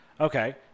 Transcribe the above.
okay